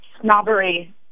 Snobbery